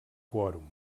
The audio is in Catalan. quòrum